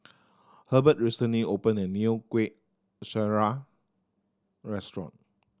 Herbert recently opened a new Kueh Syara restaurant